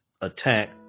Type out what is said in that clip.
attack